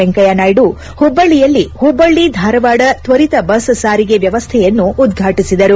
ವೆಂಕಯ್ಯ ನಾಯ್ದು ಹುಬ್ಬಳ್ಳಿಯಲ್ಲಿ ಹುಬ್ಬಳ್ಳಿ ಧಾರವಾಡ ತ್ವರಿತ ಬಸ್ ಸಾರಿಗೆ ವ್ಯವಸ್ಥೆಯನ್ನು ಉದ್ಘಾಟಿಸಿದರು